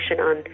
on